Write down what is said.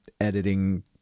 editing